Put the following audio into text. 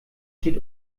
steht